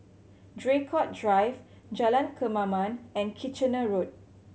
Draycott Drive Jalan Kemaman and Kitchener Road